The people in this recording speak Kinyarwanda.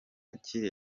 kiri